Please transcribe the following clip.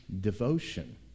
devotion